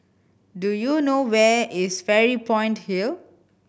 do you know where is Fairy Point Hill